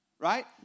Right